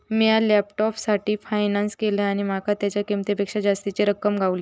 मिया लॅपटॉपसाठी फायनांस केलंय आणि माका तेच्या किंमतेपेक्षा जास्तीची रक्कम गावली